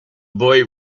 boy